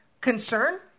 concern